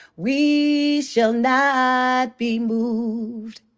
we shall not be moved.